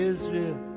Israel